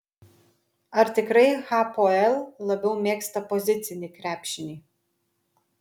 ar tikrai hapoel labiau mėgsta pozicinį krepšinį